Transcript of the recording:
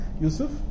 Yusuf